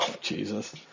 Jesus